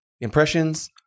Impressions